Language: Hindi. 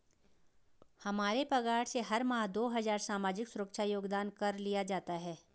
हमारे पगार से हर माह दो हजार सामाजिक सुरक्षा योगदान कर लिया जाता है